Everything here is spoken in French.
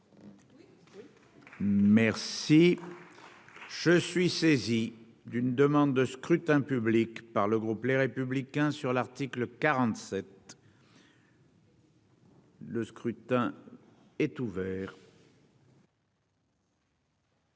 Merci, je suis saisi. D'une demande de scrutin public par le groupe, les républicains sur l'article 47. Le scrutin est ouvert.